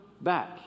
back